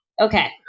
Okay